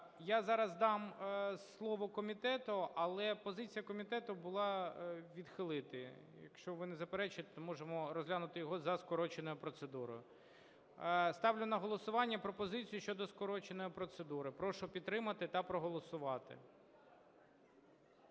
Я зараз дам слово комітету. Але позиція комітету була - відхилити. Якщо ви не заперечуєте, то можемо розглянути його за скороченою процедурою. Ставлю на голосування пропозицію щодо скороченої процедури. Прошу підтримати та проголосувати.